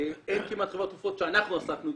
אין כמעט חברת תרופות שאנחנו עסקנו בה,